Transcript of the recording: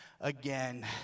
again